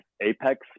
APEX